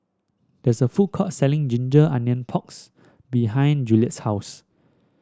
there is a food court selling ginger onion porks behind Juliet's house